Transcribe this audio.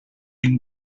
une